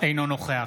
אינו נוכח